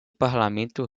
parlamento